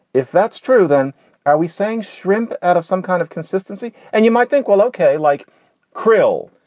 if that's true, then are we saying shrimp out of some kind of consistency and you might think, well, ok, like krill,